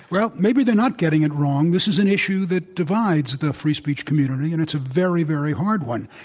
well, maybe they're not getting it wrong. this is an issue that divides the free speech community, and it's a very, very hard one.